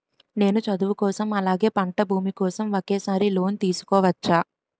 నేను చదువు కోసం అలాగే పంట భూమి కోసం ఒకేసారి లోన్ తీసుకోవచ్చా?